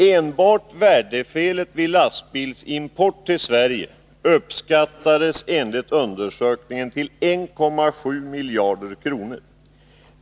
Enbart värdefelet vid lastbilsimport till Sverige uppskattades enligt undersökningen till 1,7 miljarder kronor.